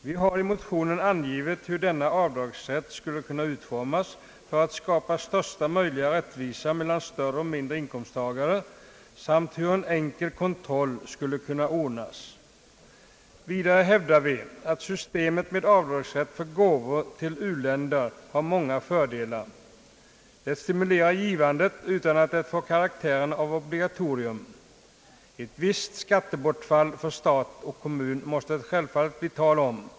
Vi har i motionerna angivit hur denna avdragsrätt skulle kunna utformas för att skapa största möjliga rättvisa mellan större och mindre inkomsttagare samt hur en enkel kontroll skulle kunna ordnas. Vidare hävdar vi att systemet med avdragsrätt för gåvor till uländer har många fördelar. Det stimulerar givandet utan att det får karaktären av obligatorium. Ett visst skattebortfall för stat och kommun måste det självfallet bli tal om.